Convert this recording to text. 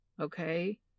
Okay